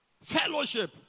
Fellowship